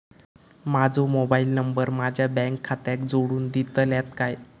माजो mobile number माझ्या bank खात्याक जोडून दितल्यात काय?